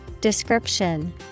Description